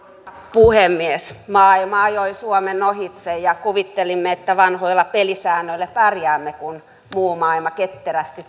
puhemies maailma ajoi suomen ohitse ja kuvittelimme että vanhoilla pelisäännöillä pärjäämme kun muu maailma ketterästi